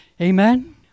Amen